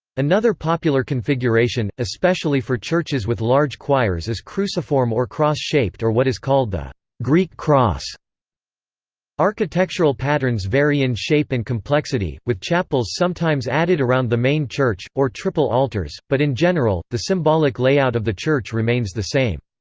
another popular configuration, especially for churches with large choirs is cruciform or cross-shaped or what is called the greek-cross. architectural architectural patterns vary in shape and complexity, with chapels sometimes added around the main church, or triple altars but in general, the symbolic layout of the church remains the same.